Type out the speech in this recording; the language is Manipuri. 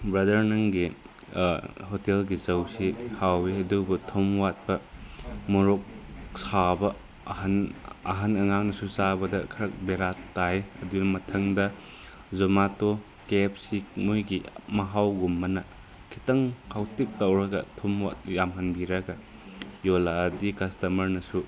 ꯕꯔꯗꯔ ꯅꯪꯒꯤ ꯍꯣꯇꯦꯜꯒꯤ ꯆꯧꯁꯤ ꯍꯥꯎꯏ ꯑꯗꯨꯕꯨ ꯊꯨꯝ ꯋꯥꯠꯄ ꯃꯣꯔꯣꯛ ꯁꯥꯕ ꯑꯍꯟ ꯑꯍꯟ ꯑꯉꯥꯡꯁꯨ ꯆꯥꯕꯗ ꯈꯔ ꯕꯦꯔꯥ ꯀꯥꯏ ꯑꯗꯨ ꯃꯊꯪꯗ ꯖꯣꯃꯥꯇꯣ ꯀꯦ ꯑꯦꯐ ꯁꯤ ꯃꯣꯏꯒꯤ ꯃꯍꯥꯎꯒꯨꯝꯕꯅ ꯈꯤꯇꯪ ꯍꯥꯎꯇꯛ ꯇꯧꯔꯒ ꯊꯨꯝ ꯌꯥꯝꯍꯟꯗꯔꯒ ꯌꯣꯜꯂꯛꯑꯗꯤ ꯀꯁꯇꯃ꯭ꯔꯅꯁꯨ